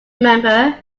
remember